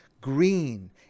Green